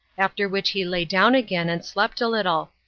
after which he lay down again and slept a little.